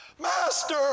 Master